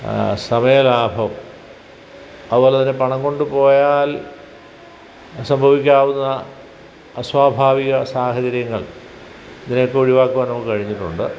സമയ ലാഭം അതുപോലെ തന്നെ പണം കൊണ്ടുപോയാൽ സംഭവിക്കാവുന്ന അസ്വാഭാവിക സാഹചര്യങ്ങൾ ഇതിനൊക്കെ ഒഴിവാക്കുവാൻ നമുക്ക് കഴിഞ്ഞിട്ടുണ്ട്